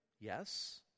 Yes